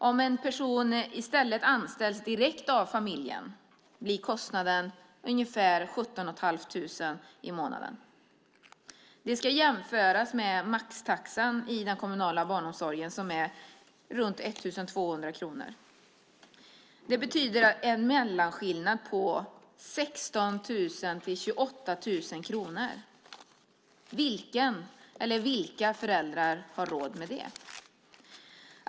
Om en person i stället anställs direkt av familjen blir kostnaden ungefär 17 500 kronor i månaden. Det ska jämföras med maxtaxan i den kommunala barnomsorgen som är runt 1 200 kronor. Det betyder en mellanskillnad på 16 000-28 000 kronor. Vilken eller vilka föräldrar har råd med det?